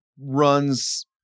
runs